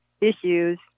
issues